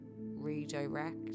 Redirect